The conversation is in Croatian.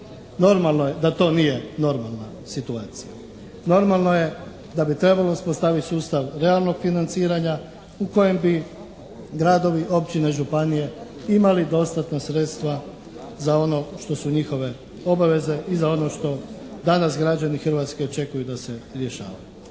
normalno je da to nije normalna situacija. Normalno je da bi trebalo uspostaviti sustav realnog financiranja u kojem bi gradovi, općine, županije imali dostatna sredstva za ono što su njihove obaveze i za ono što danas građani Hrvatske očekuju da se rješava.